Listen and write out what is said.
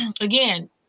again